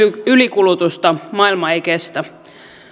ylikulutusta maailma ei kestä